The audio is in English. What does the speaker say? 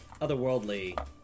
otherworldly